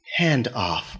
handoff